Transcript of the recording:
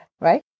right